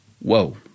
Whoa